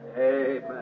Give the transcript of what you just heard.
Amen